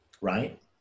right